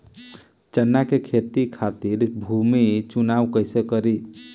चना के खेती खातिर भूमी चुनाव कईसे करी?